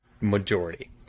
Majority